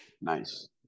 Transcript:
nice